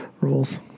rules